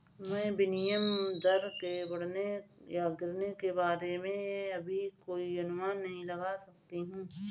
मैं विनिमय दर के बढ़ने या गिरने के बारे में अभी कोई अनुमान नहीं लगा सकती